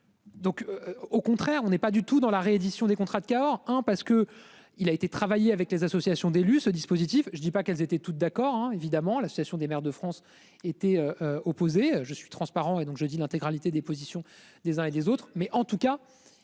Donc au contraire, on n'est pas du tout dans la réédition des contrats de Cahors hein parce que il a été travailler avec les associations d'élus ce dispositif. Je ne dis pas qu'elles étaient toutes d'accord évidemment. L'Association des maires de France était opposé, je suis transparent et donc jeudi l'intégralité des positions des uns et des autres, mais en tout cas